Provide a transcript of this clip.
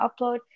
upload